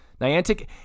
Niantic